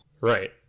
right